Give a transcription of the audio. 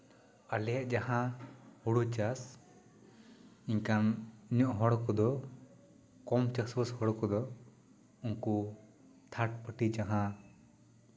ᱟᱞᱮᱭᱟᱜ ᱡᱟᱦᱟᱸ ᱦᱩᱲᱩ ᱪᱟᱥ ᱤᱱᱠᱟᱱ ᱧᱚᱜ ᱦᱚᱲ ᱠᱚᱫᱚ ᱠᱚᱢ ᱪᱟᱥᱼᱵᱟᱥ ᱦᱚᱲ ᱠᱚᱫᱚ ᱩᱱᱠᱩ ᱛᱷᱟᱨᱰ ᱯᱟᱨᱴᱤ ᱡᱟᱦᱟᱸ